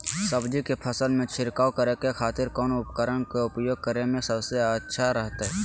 सब्जी के फसल में छिड़काव करे के खातिर कौन उपकरण के उपयोग करें में सबसे अच्छा रहतय?